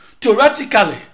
theoretically